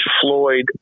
Floyd